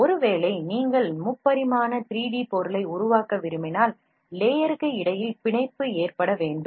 ஆனால் நீங்கள் ஒரு 3D பொருளை உருவாக்க விரும்பினால் லேயேற்கு இடையில் பிணைப்பு ஏற்பட வேண்டும்